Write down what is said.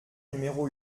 numéro